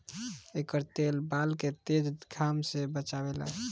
एकर तेल बाल के तेज घाम से बचावेला